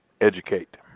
educate